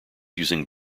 using